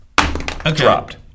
dropped